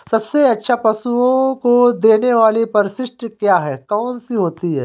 सबसे अच्छा पशुओं को देने वाली परिशिष्ट क्या है? कौन सी होती है?